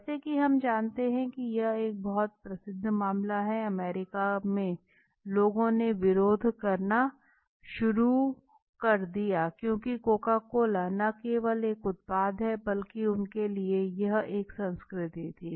जैसा कि हम जानते हैं कि यह एक बहुत प्रसिद्ध मामला था अमेरिका में लोगों ने विद्रोह करना शुरू कर दिया क्योंकि कोका कोला न केवल एक उत्पाद है बल्कि उनके लिए यह एक संस्कृति थी